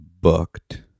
booked